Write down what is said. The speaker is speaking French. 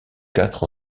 quatre